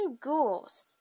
ghouls